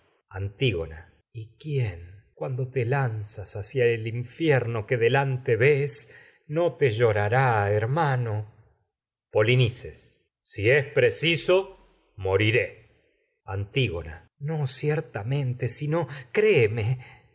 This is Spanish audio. antígona infierno y quién cuando te lanzas hacia el que delante ves no te llorará hermano polinices si es preciso moriré antígona polinices no no ciertamente sino créeme